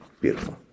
Beautiful